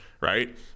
right